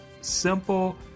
Simple